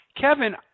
Kevin